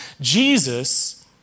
Jesus